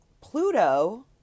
Pluto